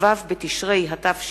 כ"ו בתשרי התש"ע,